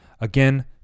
Again